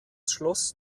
schloss